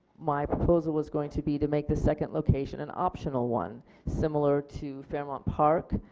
my proposal is going to be to make the second location an optional one similar to fairmont park,